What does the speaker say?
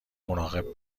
مراقب